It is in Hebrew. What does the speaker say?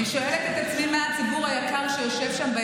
הפלנטה של שלמה קרעי.